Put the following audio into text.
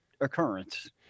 occurrence